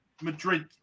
Madrid